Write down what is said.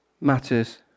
matters